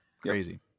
Crazy